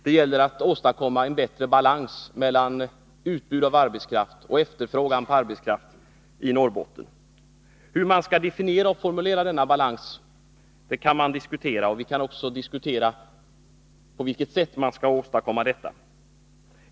Det gäller att åstadkomma bättre balans mellan utbud av arbetskraft och efterfrågan på arbetskraft i Norrbotten. Hur man skall definiera och formulera denna balans kan vi diskutera, och vi kan också diskutera på vilket sätt den skall åstadkommas.